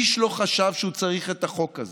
איש לא חשב שהוא צריך את החוק הזה.